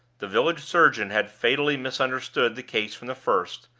the village surgeon had fatally misunderstood the case from the first,